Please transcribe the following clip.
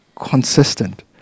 Consistent